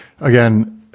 Again